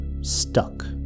stuck